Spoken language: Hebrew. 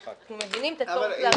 אנחנו מבינים את הצורך להרחיב.